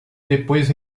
depois